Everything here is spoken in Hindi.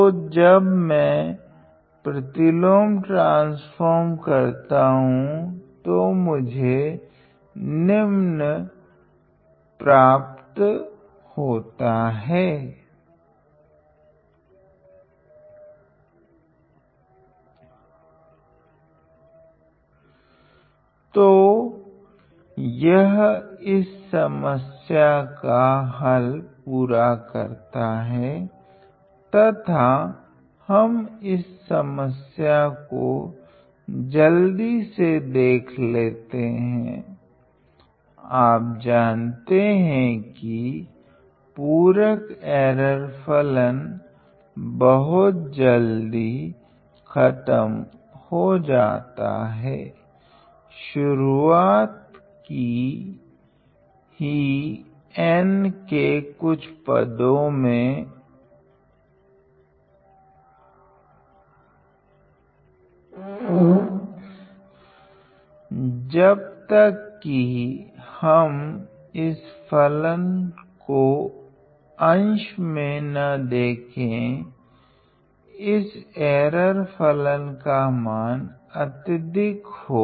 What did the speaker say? तो जब मैं प्रतिलोम ट्रान्स्फ़ोर्म करता हूँ तो मुझे निम्न मिलता हैं तो यह इस समस्या का हल पूरा करता है तथा हम इस समस्या को जल्दी से देख लेते है आप जानते है कि पूरक एर्र फलन बहुत जल्दी खत्म हो जाता हैं शुरुआत कि ही n के कुछ पदो में जब तक की हम इस फलन को अंश मे न देखे इस एर्र फलन का मान अत्यधिक हो